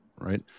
right